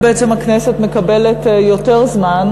הכנסת מקבלת יותר זמן,